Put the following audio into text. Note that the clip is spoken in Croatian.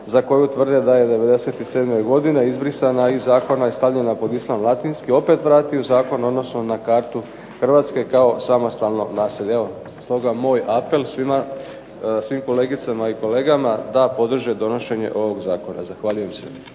za koju tvrde da je '97. godine izbrisana iz zakona i stavljena pod Islam Latinski opet vrati u zakon odnosno na kartu Hrvatske kao samostalno naselje. Evo stoga moj apel svim kolegicama i kolegama da daju podršku donošenju ovog zakona. Zahvaljujem se.